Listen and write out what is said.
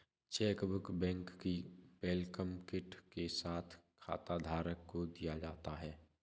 chequebook bank की welcome kit के साथ खाताधारक को दिया जाता है